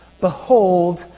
Behold